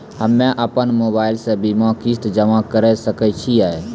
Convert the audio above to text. हम्मे अपन मोबाइल से बीमा किस्त जमा करें सकय छियै?